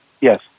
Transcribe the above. Yes